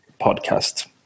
podcast